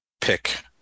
pick